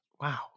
Wow